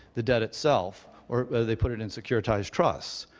the debt itself, or they put it in securitized trusts.